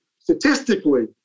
statistically